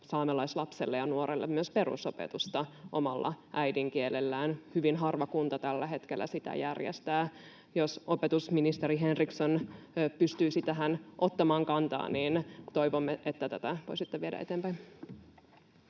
saamelaislapsen ja -nuoren mahdollisuus saada myös perusopetusta omalla äidinkielellään. Hyvin harva kunta tällä hetkellä sitä järjestää. Jos opetusministeri Henriksson pystyisi tähän ottamaan kantaa, niin toivomme, että tätä voisitte viedä eteenpäin.